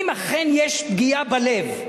אם אכן יש פגיעה בלב,